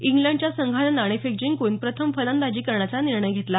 इंग्लडच्या संघानं नाणेफेक जिंकून प्रथम फलंदाजी करण्याचा निर्णय घेतला